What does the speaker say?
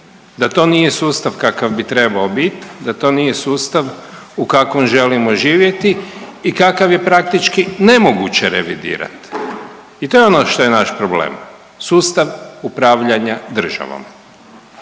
Da to nije sustav kakav bi trebao bit, da to nije sustav u kakvom želimo živjeti i kakav je praktički nemoguće revidirat. I to je ono što je naš problem. Sustav upravljanja državom.